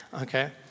okay